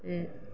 ते